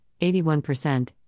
81%